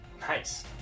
Nice